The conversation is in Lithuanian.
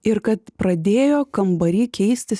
ir kad pradėjo kambary keistis